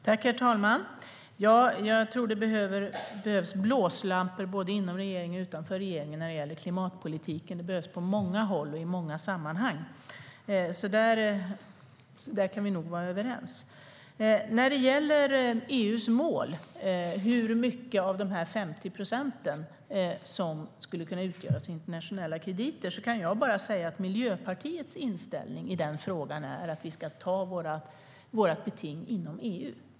Herr talman! Ja, jag tror att det behövs blåslampor både inom och utanför regeringen när det gäller klimatpolitiken. Det behövs på många håll och i många sammanhang. Där kan vi nog vara överens. Vad gäller EU:s mål, hur mycket av de 50 procenten som skulle kunna utgöras av internationella krediter, kan jag bara säga att Miljöpartiets inställning i den frågan är att vi ska ta vårt beting inom EU.